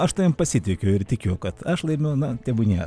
aš tavim pasitikiu ir tikiu kad aš laimiu na tebūnie